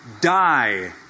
die